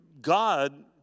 God